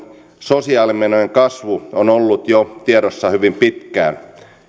sosiaalimenojen kasvu on ollut tiedossa jo hyvin pitkään